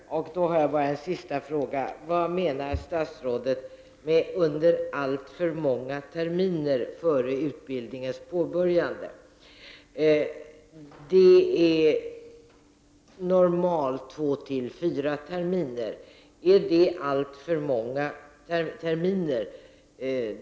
Herr talman! Då har jag bara en sista fråga: Vad menar statsrådet med ”under alltför många terminer före utbildningens påbörjande”? Det rör sig normalt om 2-4 terminer. Är det alltför många terminer?